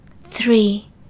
Three